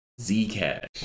Zcash